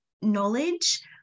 knowledge